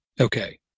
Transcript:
okay